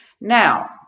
Now